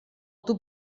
tub